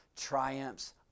triumphs